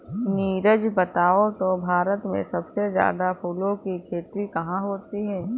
नीरज बताओ तो भारत में सबसे ज्यादा फूलों की खेती कहां होती है?